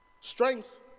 Strength